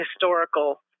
historical